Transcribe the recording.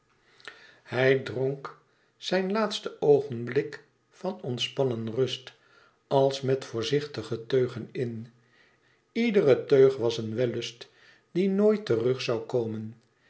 hij dronk zijn laatste oogenblik van ontspannen rust als met voorzichtige teugen in iedere teug was een wellust die nooit terug zoû komen